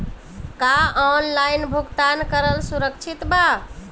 का ऑनलाइन भुगतान करल सुरक्षित बा?